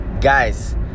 Guys